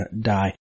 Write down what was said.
die